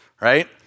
right